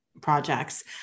projects